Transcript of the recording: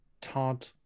Todd